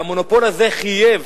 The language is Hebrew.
והמונופול הזה חייב